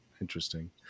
interesting